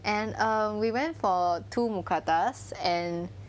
and um we went for two mookatas and